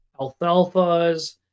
alfalfas